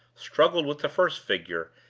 struggled with the first figure,